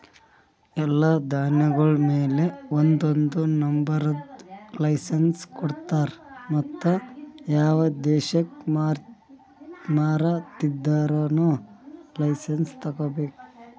ಎಲ್ಲಾ ಧಾನ್ಯಗೊಳ್ ಮ್ಯಾಲ ಒಂದೊಂದು ನಂಬರದ್ ಲೈಸೆನ್ಸ್ ಕೊಡ್ತಾರ್ ಮತ್ತ ಯಾವ ದೇಶಕ್ ಮಾರಾದಿದ್ದರೂನು ಲೈಸೆನ್ಸ್ ತೋಗೊಬೇಕು